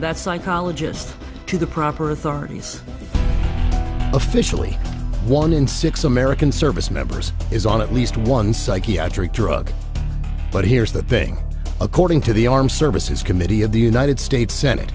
that psychologist to the proper authorities officially one in six american service members is on at least one psychiatric drug but here's the thing according to the armed services committee of the united states senate